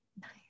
Nice